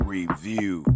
Review